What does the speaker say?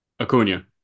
Acuna